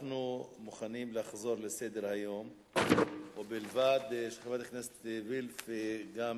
מס' 6593. היות שחברת הכנסת עינת וילף הגיעה